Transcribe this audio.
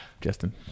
Justin